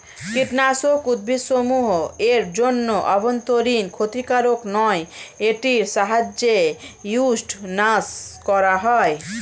কীটনাশক উদ্ভিদসমূহ এর জন্য অভ্যন্তরীন ক্ষতিকারক নয় এটির সাহায্যে উইড্স নাস করা হয়